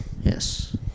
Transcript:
Yes